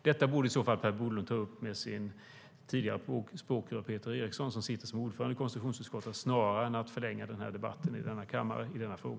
Detta borde i så fall Per Bolund ta upp med sitt tidigare språkrör Peter Eriksson som är ordförande i konstitutionsutskottet i stället för att förlänga debatten om denna fråga i kammaren.